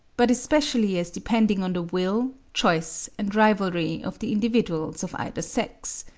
but especially as depending on the will, choice, and rivalry of the individuals of either sex.